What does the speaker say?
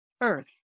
Earth